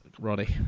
Roddy